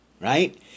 right